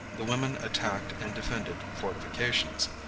the women attacked and defended fortifications.